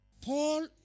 Paul